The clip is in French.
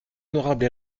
honorable